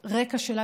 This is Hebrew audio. את הרקע שלה,